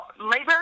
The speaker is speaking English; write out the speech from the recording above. labor